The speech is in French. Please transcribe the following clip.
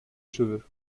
cheveux